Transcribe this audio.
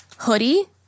Hoodie